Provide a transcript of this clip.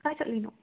ꯀꯥꯏ ꯆꯠꯂꯨꯏꯅꯣ